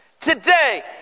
Today